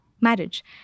marriage